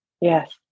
Yes